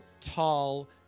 tall